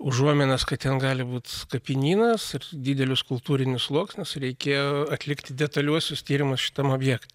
užuominas kad ten gali būt kapinynas didelius kultūrinius sluoksnius reikėjo atlikti detaliuosius tyrimus šitam objekte